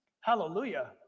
hallelujah